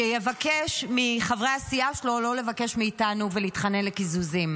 שיבקש מחברי הסיעה שלו לא לבקש מאיתנו ולהתחנן לקיזוזים.